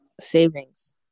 Savings